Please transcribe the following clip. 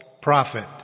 prophet